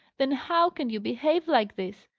then how can you behave like this?